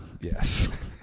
Yes